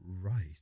Right